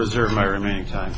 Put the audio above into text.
reserve my remaining time